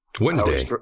Wednesday